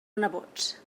nebots